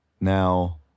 now